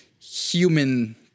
human